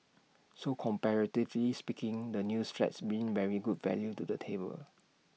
so comparatively speaking the new flats bring very good value to the table